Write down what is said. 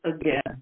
again